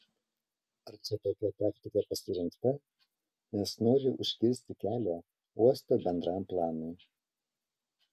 ar čia tokia taktika pasirinkta nes nori užkirsti kelią uosto bendram planui